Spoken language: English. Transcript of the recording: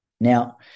Now